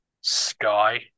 Sky